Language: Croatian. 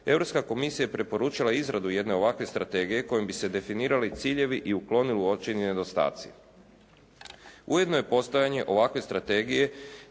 Europska komisija je preporučila izradu jedne ovakve strategije kojom bi se definirali ciljevi i uklonili uočeni nedostaci. Ujedno je postojanje ovakve strategije